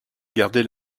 garder